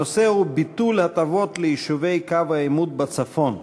הנושא הוא: ביטול הטבות ליישובי קו העימות בצפון.